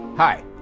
Hi